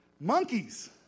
Monkeys